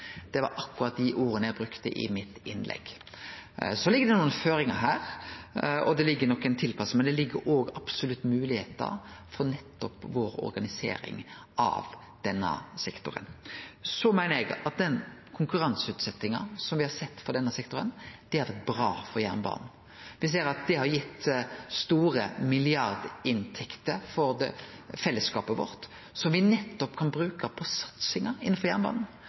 Det var akkurat dei orda eg brukte i innlegget mitt. Det ligg nokre føringar her, og det ligg nokre tilpassingar. Men det ligg òg absolutt nokre moglegheiter for vår organisering av denne sektoren. Eg meiner at den konkurranseutsetjinga me har sett i denne sektoren, har vore bra for jernbanen. Me ser at det har gitt store milliardinntekter for fellesskapen vår, som me kan bruke på satsing innanfor jernbanen.